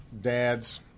dads